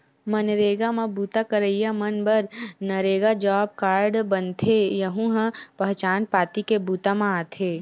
मनरेगा म बूता करइया मन बर नरेगा जॉब कारड बनथे, यहूं ह पहचान पाती के बूता म आथे